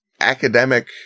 academic